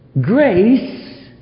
grace